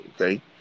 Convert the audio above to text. Okay